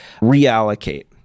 reallocate